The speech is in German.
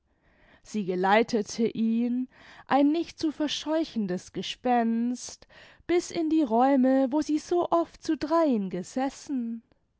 sie geleitete ihn ein nicht zu verscheuchendes gespenst bis in die räume wo sie so oft zu dreien gesessen